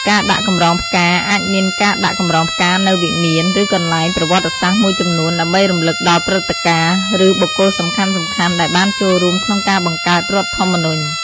ការដាក់កម្រងផ្កា អាចមានការដាក់កម្រងផ្កានៅវិមាន ឬកន្លែងប្រវត្តិសាស្ត្រមួយចំនួន ដើម្បីរំលឹកដល់ព្រឹត្តិការណ៍ ឬបុគ្គលសំខាន់ៗដែលបានចូលរួមក្នុងការបង្កើតរដ្ឋធម្មនុញ្ញ។